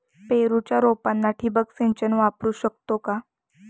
पेरूच्या रोपांना ठिबक सिंचन वापरू शकतो का?